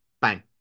Bang